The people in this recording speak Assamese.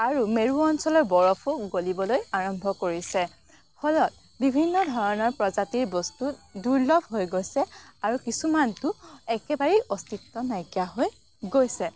আৰু মেৰু অঞ্চলৰ বৰফো গলিবলৈ আৰম্ভ কৰিছে ফলত বিভিন্ন ধৰণৰ প্ৰজাতিৰ বস্তু দূৰ্লভ হৈ গৈছে আৰু কিছুমানতো একেবাৰেই অস্তিত্ব নাইকিয়া হৈ গৈছে